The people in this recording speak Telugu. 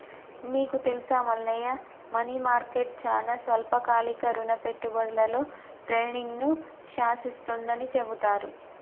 నీకు తెలుసా మల్లయ్య మనీ మార్కెట్ చానా స్వల్పకాలిక రుణ పెట్టుబడులలో ట్రేడింగ్ను శాసిస్తుందని చెబుతారు